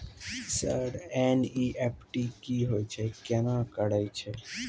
Sir NEFT की होय छै, केना करे छै?